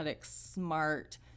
smart